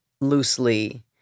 loosely